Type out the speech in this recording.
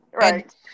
right